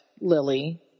Lily